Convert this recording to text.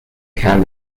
can